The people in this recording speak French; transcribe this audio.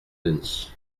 denis